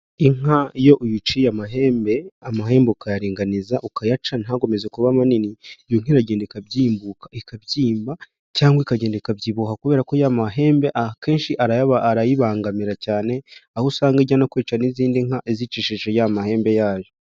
Inka iyo uyiciye amahembe, amahemba ukayaringaniza ukayaca ntikomeza kuba manini, inka iragenda ikabyimbuka ikabyimba, cyangwa ikagenda ikabyibuha, kubera ko ya mahembe akenshi arayibangamira cyane, aho usanga injya no kwica n'izindi nka, izicishije ya mahembe yayo.